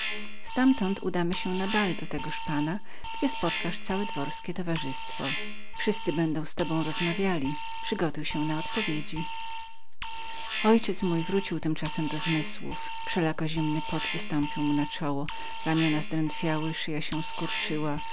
ztamtąd udamy się na bal do tegoż pana gdzie spotkasz całe dworskie towarzystwo wszyscy będą z tobą rozmawiać przygotuj się na odpowiedzi zaledwie mój ojciec zaczął wracać do zmysłów gdy nagle dowiedział się że będzie musiał odpowiadać całemu dworowi zimny pot wystąpił mu na czoło ramiona zdrętwiały szyja się skurczyła